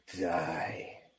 die